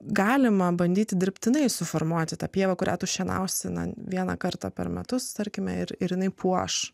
galima bandyti dirbtinai suformuoti tą pievą kurią tu šienausi man vieną kartą per metus tarkime ir ir jinai puoš